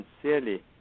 sincerely